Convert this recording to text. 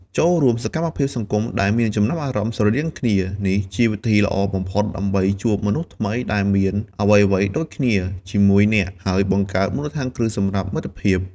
ចូលរួមសកម្មភាពសង្គមដែលមានចំណាប់អារម្មណ៍ស្រដៀងគ្នា នេះជាវិធីល្អបំផុតដើម្បីជួបមនុស្សថ្មីដែលមានអ្វីៗដូចគ្នាជាមួយអ្នក ហើយបង្កើតមូលដ្ឋានគ្រឹះសម្រាប់មិត្តភាព។